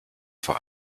vor